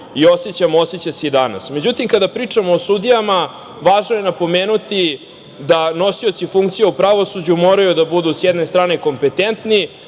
i osećamo, oseća se i danas.Međutim, kada pričamo o sudijama, važno je napomenuti da nosioci funkcija u pravosuđu moraju da budu, s jedne strane, kompetentni,